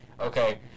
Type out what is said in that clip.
Okay